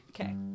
Okay